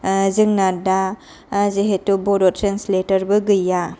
जोंना दा जिहेथु बड' ट्रेन्सलेट'रबो गैया